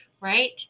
right